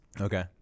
Okay